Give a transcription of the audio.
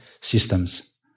systems